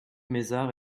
mézard